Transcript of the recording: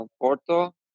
Porto